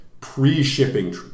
pre-shipping